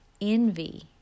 envy